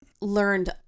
learned